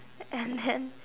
and then